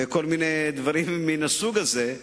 וכל מיני דברים מהסוג הזה,